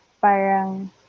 parang